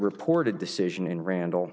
reported decision in randall